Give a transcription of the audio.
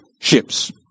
ships